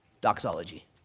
Doxology